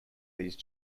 these